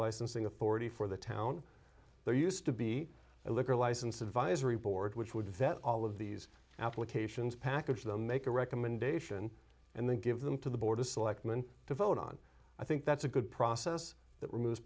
licensing authority for the town there used to be a liquor license advisory board which would vet all of these applications package them make a recommendation and then give them to the board of selectmen to vote on i think that's a good process that remove